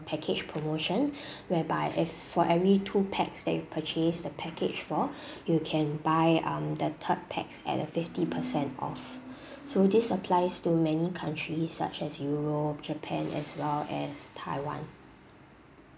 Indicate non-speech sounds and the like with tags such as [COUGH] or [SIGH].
package promotion [BREATH] whereby if for every two pax that you purchase the package for [BREATH] you can buy um the third pax at a fifty percent off [BREATH] so this applies to many countries such as europe japan as well as taiwan